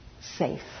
safe